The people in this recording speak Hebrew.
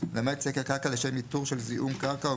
למעט סקר קרקע לשם איתור של זיהום קרקע או